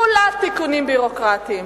כולה תיקונים ביורוקרטיים.